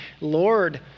Lord